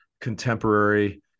contemporary